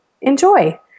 Enjoy